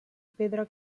pedra